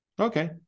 okay